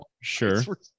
Sure